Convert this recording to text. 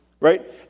right